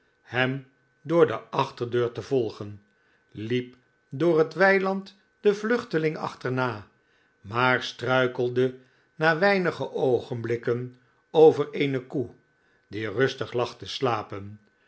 hem door de achterdeur te volgen liep door het weiland den vluchteling achterna maar struikelde na weinige oogenblikken over eene koe die rustig lag te slapen